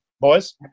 Boys